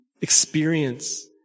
experience